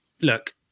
look